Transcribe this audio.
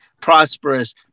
prosperous